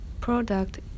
product